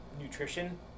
nutrition